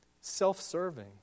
self-serving